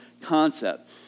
concept